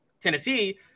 Tennessee